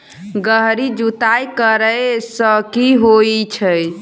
गहिर जुताई करैय सँ की होइ छै?